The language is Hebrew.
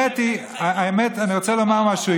אני רוצה לומר משהו,